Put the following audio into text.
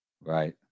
Right